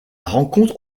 rencontre